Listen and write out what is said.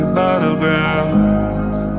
battlegrounds